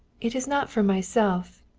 it is not for myself.